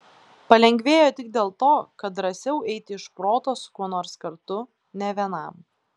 palengvėjo tik dėl to kad drąsiau eiti iš proto su kuo nors kartu ne vienam